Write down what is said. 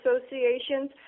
associations